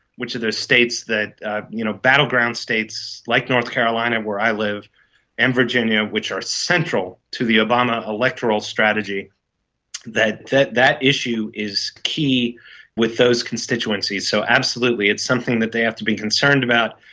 which are the states that you know battleground states, like north carolina where i live and virginia which are central to the obama electoral strategy that that that issue is key with those constituencies. so, absolutely, it's something that they have to be concerned about.